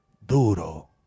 duro